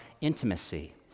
intimacy